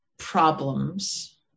problems